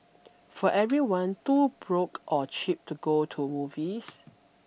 for everyone too broke or cheap to go to movies